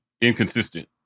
inconsistent